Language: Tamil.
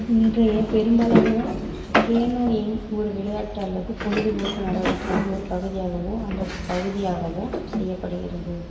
இன்றைய பெரும்பாலான கேனோயிங் ஒரு விளையாட்டு அல்லது பொழுதுபோக்கு நடவடிக்கையின் ஒரு பகுதியாகவோ அல்லது பகுதியாகவோ செய்யப்படுகிறது